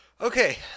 Okay